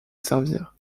servir